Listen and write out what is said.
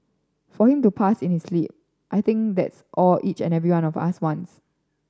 for him to pass in his sleep I think that's all each and every one of us wants